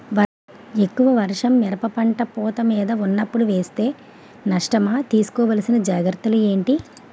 ఎక్కువ వర్షం మిరప పంట పూత మీద వున్నపుడు వేస్తే నష్టమా? తీస్కో వలసిన జాగ్రత్తలు ఏంటి?